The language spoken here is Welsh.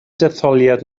detholiad